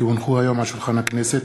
כי הונחו היום על שולחן הכנסת,